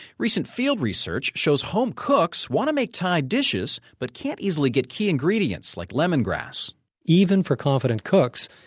recent field research shows home cooks wanna make thai dishes, but can't easily get key ingredients like lemongrass even for confident cooks,